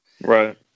right